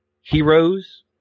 heroes